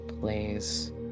plays